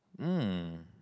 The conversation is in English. hmm